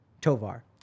Tovar